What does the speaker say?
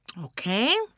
okay